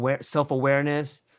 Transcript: self-awareness